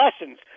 lessons